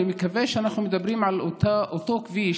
אני מקווה שאנחנו מדברים על אותו כביש.